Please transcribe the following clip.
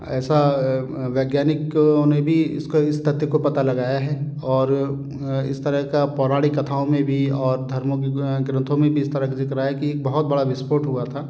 ऐसा वैज्ञानिकों ने भी इसको इस तथ्य को पता लगाया है और इस तरह का पौराणिक कथाओं में भी और धर्मों के ग्रंथों में भी इस तरह का ज़िक्र आया है कि एक बहुत बड़ा विस्फोट हुआ था